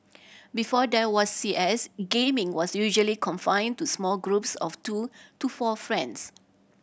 before there was C S gaming was usually confined to small groups of two to four friends